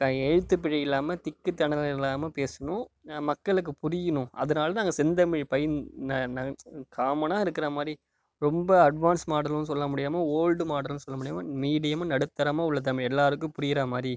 எழுத்து பிழை இல்லாமல் திக்கித் திணறல் இல்லாமல் பேசணும் மக்களுக்கு புரியணும் அதனால நாங்கள் செந்தமிழ் காமனாக இருக்கிற மாதிரி ரொம்ப அட்வான்ஸ் மாடலும் சொல்ல முடியாமல் ஓல்டு மாடலும் சொல்ல முடியாமல் மீடியமாக நடுத்தரமாக உள்ள தமிழ் எல்லோருக்கும் புரிகிற மாதிரி